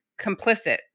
complicit